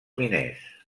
miners